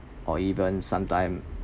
or even sometime